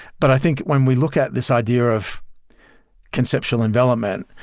but i think when we look at this idea of conceptual envelopment,